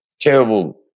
terrible